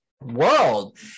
world